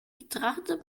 betrachtet